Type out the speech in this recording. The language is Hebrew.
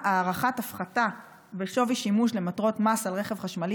הארכת הפחתה בשווי שימוש למטרות מס על רכב חשמלי